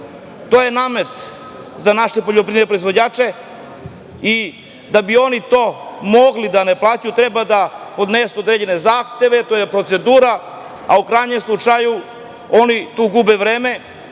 je namet za naše poljoprivredne proizvođače i da bi oni to mogli da ne plaćaju treba da podnesu određene zahteve, to je procedura, a u krajnjem slučaju oni tu gube vreme,